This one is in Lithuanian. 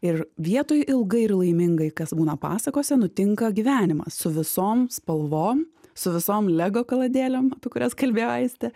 ir vietoj ilgai ir laimingai kas būna pasakose nutinka gyvenimas su visom spalvom su visom lego kaladėlėm apie kurias kalbėjo aistė